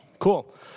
Cool